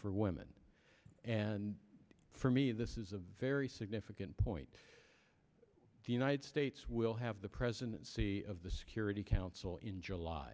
for women and for me this is a very significant point the united states will have the presidency of the security council in july